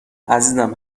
عزیزم